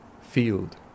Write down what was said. field